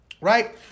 right